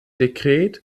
dekret